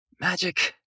magic